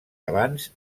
abans